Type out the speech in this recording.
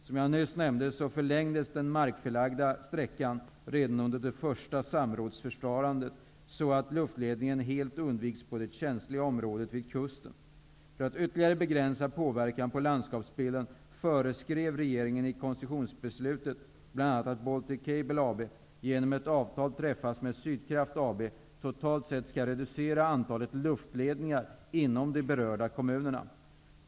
Som jag nyss nämnde förlängdes den markförlagda sträckan redan under det första samrådsförfarandet, så att luftledning helt undviks på det känsliga området vid kusten. För att ytterligare begränsa påverkan av landskapsbilden föreskrev regeringen i koncessionsbeslutet bl.a. att Baltic Cable AB, genom att avtal träffas med Sydkraft AB, totalt sett skall reducera antalet luftledningar inom de berörda kommunerna.